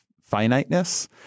finiteness